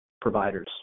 providers